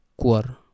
kuar